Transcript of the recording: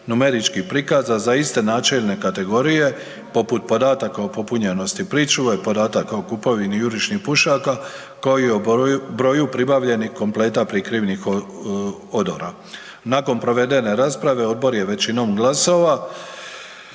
numerički prikaza za iste načelne kategorije poput podatka o popunjenosti pričuve, podataka po kupovini jurišnih pušaka kao i o broju pribavljenih kompleta prikrivnih odora. Nakon provedene rasprave odbor je većinom glasova